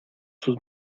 sus